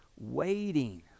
waiting